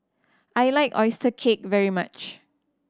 I like oyster cake very much